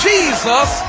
Jesus